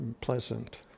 pleasant